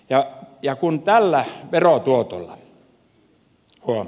ja kun tällä verotuotolla huom